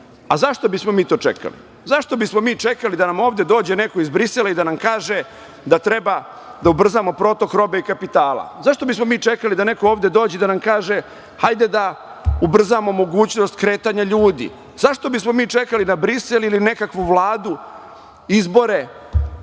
Zašto bismo mi to čekali? Zašto bismo mi čekali da nam ovde dođe neko iz Brisela i da nam kaže da treba da ubrzamo protok robe i kapitala? Zašto bismo mi čekali da neko ovde dođe i da nam kaže – hajde da ubrzamo mogućnost kretanja ljudi? Zašto bismo mi čekali na Brisel ili nekakvu Vladu, izbore